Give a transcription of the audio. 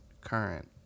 current